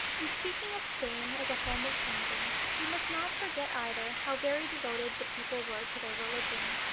in speaking of spain as a home of painting, we must not forget, either, how very devoted the people were to their religion,